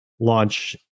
launch